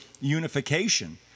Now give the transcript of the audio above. unification